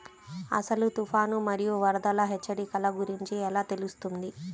అసలు తుఫాను మరియు వరదల హెచ్చరికల గురించి ఎలా తెలుస్తుంది?